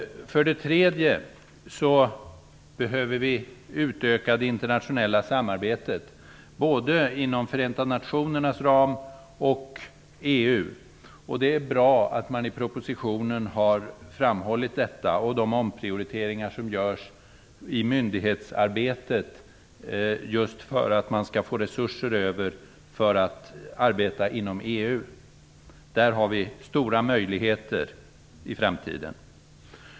För det tredje behöver vi utöka det internationella samarbetet inom både Förenta nationernas ram och EU. Det är bra att man i propositionen har framhållit detta. De omprioriteringar som görs i myndighetsarbetet just för att man skall få resurser över för att arbeta inom EU innebär stora möjligheter för oss i framtiden.